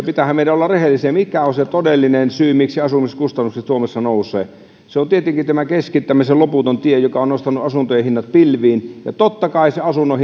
pitäähän meidän olla rehellisiä siinä mikä on se todellinen syy miksi asumiskustannukset suomessa nousevat se on tietenkin tämä keskittämisen loputon tie joka on nostanut asuntojen hinnat pilviin ja totta kai se asunnon